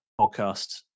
podcast